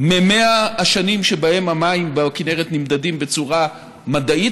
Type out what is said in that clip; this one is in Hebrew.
ב-100 השנים שבהם המים בכינרת נמדדים בצורה מדעית,